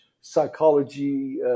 psychology